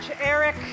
Eric